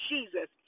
Jesus